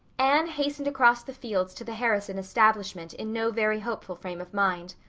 anne hastened across the fields to the harrison establishment in no very hopeful frame of mind.